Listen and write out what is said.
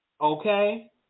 Okay